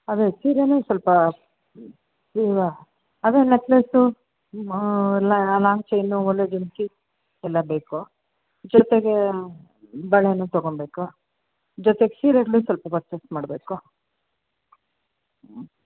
ಅದು ಸೀರೆಯೇ ಸ್ವಲ್ಪ ಅದು ನೆಕ್ಲೇಸು ಲಾಂಗ್ ಚೈನು ಓಲೆ ಜುಮಕಿ ಎಲ್ಲ ಬೇಕು ಜೊತೆಗೆ ಬಳೆಯೂ ತೊಗೊಳ್ಬೇಕು ಜೊತೆಗೆ ಸೀರೆಗಳು ಸ್ವಲ್ಪ ಪರ್ಚೇಸ್ ಮಾಡಬೇಕು